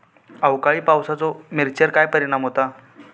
अवकाळी पावसाचे मिरचेर काय परिणाम होता?